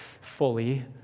fully